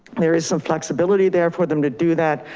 there is some flexibility there for them to do that.